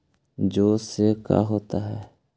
जौ से का होता है?